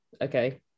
Okay